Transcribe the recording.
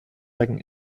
reagan